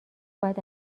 باید